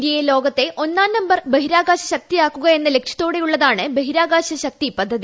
ഇന്ത്യയെ ലോകത്തെ ഒന്നാം നമ്പർ ബഹിരാകാശ ശക്തിയാക്കുകയെന്ന ലക്ഷ്യത്തോടെയുള്ളതാണ് ബഹിരാകാശ ശക്തി പദ്ധതി